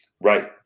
right